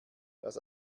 das